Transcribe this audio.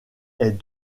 est